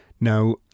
Now